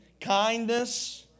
kindness